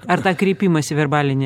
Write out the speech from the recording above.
ar tą kreipimąsi verbalinį